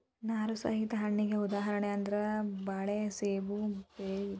ನಾರು ಸಹಿತ ಹಣ್ಣಿಗೆ ಉದಾಹರಣೆ ಅಂದ್ರ ಬಾಳೆ ಸೇಬು ಬೆರ್ರಿ ಇತ್ಯಾದಿ